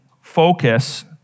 focus